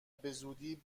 بزودی